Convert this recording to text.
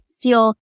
feel